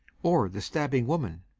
or the stabbing woman,